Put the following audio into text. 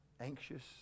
Anxious